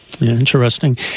Interesting